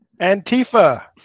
Antifa